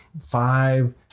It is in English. five